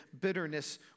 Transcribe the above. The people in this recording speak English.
bitterness